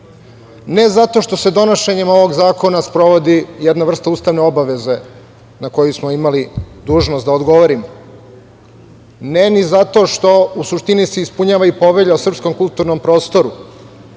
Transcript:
zato što se donošenjem ovog zakona sprovodi jedna vrsta ustavne obaveze na koju smo imali dužnost da odgovorimo, ne ni zato što u suštini se ispunjava i povelja o srpskom kulturnom prostoru